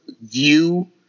view